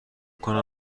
کنم